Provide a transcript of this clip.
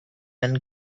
and